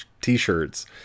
T-shirts